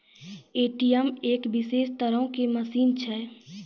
ATM एक विशेष तरहो के मशीन छै